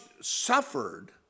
suffered